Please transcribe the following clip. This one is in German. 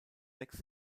sechs